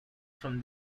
from